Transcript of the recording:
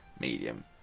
medium